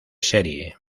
serie